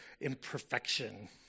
imperfection